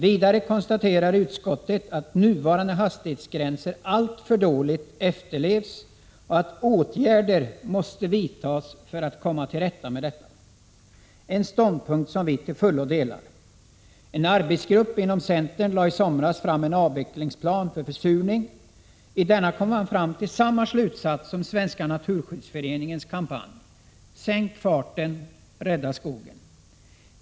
Vidare konstaterar utskottet att nuvarande hastighetsgränser efterlevs alltför dåligt och att åtgärder måste vidtas för att komma till rätta med detta — en ståndpunkt som centern till fullo delar. En arbetsgrupp inom centern lade i somras fram en avvecklingsplan i fråga om försurning, där man kom fram till samma slutsats som i Svenska naturskyddsföreningens kampanj: Sänk farten — rädda skogen.